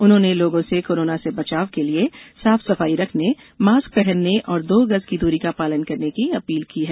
उन्होंने लोगों से कोरोना से बचाव के लिए साफ सफाई रखने मास्क पहनने और दो गज की दूरी का पालन करने की अपील की है